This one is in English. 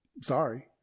Sorry